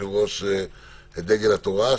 שהוא ראש דגל התורה,